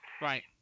Right